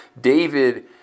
David